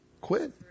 Quit